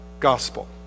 gospel